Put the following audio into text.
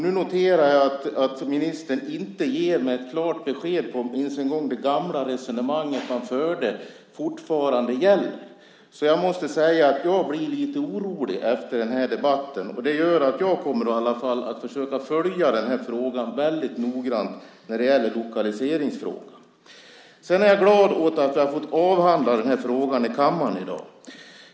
Nu noterar jag att ministern inte ger mig klart besked ens en gång om det gamla resonemanget fortfarande gäller. Jag måste säga att jag blir lite orolig av den här debatten, och det gör att jag kommer att följa lokaliseringsfrågan väldigt noggrant. Jag är glad åt att vi har fått avhandla den här frågan i kammaren i dag.